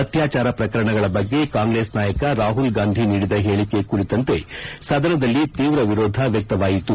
ಅತ್ಲಾಚಾರ ಪ್ರಕರಣಗಳ ಬಗ್ಗೆ ಕಾಂಗ್ರೆಸ್ ನಾಯಕ ರಾಹುಲ್ ಗಾಂಧಿ ನೀಡಿದ ಹೇಳಿಕೆ ಕುರಿತಂತೆ ಸದನದಲ್ಲಿ ತೀವ್ರ ವಿರೋಧ ವ್ಲಕ್ಷವಾಯಿತು